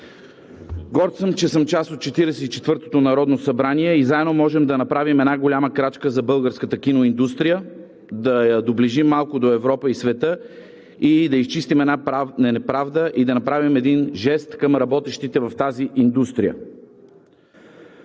Горд съм, че съм част от 44-тото народно събрание и заедно можем да направим една голяма крачка за българската киноиндустрия – да я доближим малко до Европа и света, да изчистим една неправда и да направим един жест към работещите в тази индустрия.